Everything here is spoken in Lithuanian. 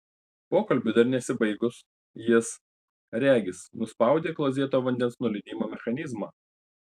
pokalbiui dar nesibaigus jis regis nuspaudė klozeto vandens nuleidimo mechanizmą